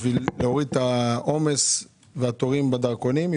בשביל להוריד את העומס והתורים בדרכונים,